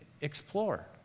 explore